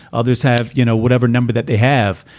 others have, you know, whatever number that they have.